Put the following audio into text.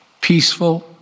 Peaceful